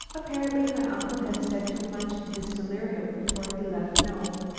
apparently my uncle had said too much in his delirium before he left nome.